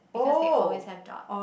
because they always have dot